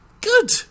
Good